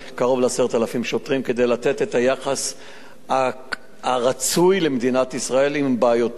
קרוב ל-10,000 שוטרים כדי לתת את היחס הרצוי למדינת ישראל עם בעיותיה,